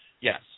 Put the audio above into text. yes